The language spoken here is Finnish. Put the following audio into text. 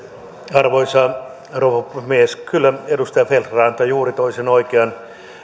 arvoisa rouva puhemies kyllä edustaja feldt ranta toi juuri sen oikean